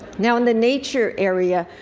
now in the nature area,